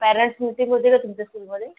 parents meeting होते का तुमच्या स्कूलमध्ये